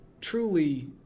truly